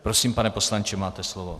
Prosím, pane poslanče, máte slovo.